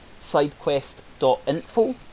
sidequest.info